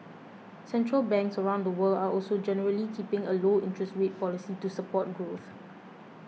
central banks around the world are also generally keeping a low interest rate policy to support growth